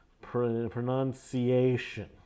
Pronunciation